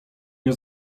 nie